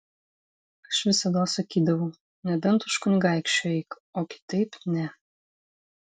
aš visados sakydavau nebent už kunigaikščio eik o kitaip ne